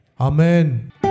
Amen